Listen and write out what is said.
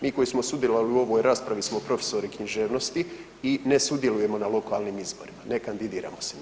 Mi koji smo sudjelovali u ovoj raspravi smo profesori književnosti i ne sudjelujemo na lokalnim izborima, ne kandidiramo se nigdje.